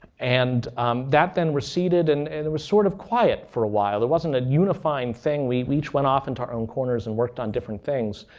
and that then receded, and and it was sort of quiet for a while. it wasn't a unifying thing. we we each went off into our own corners and worked on different things.